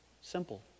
Simple